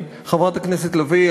חברת הכנסת לביא,